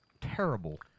Terrible